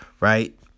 Right